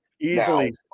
Easily